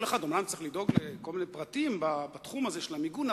אומנם כל אחד צריך לדאוג לכל מיני פרטים בתחום הזה של המיגון,